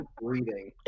breathing